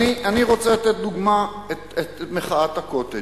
אני רוצה לתת דוגמה, את מחאת ה"קוטג'".